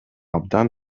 абдан